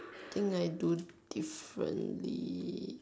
I think I do differently